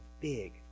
big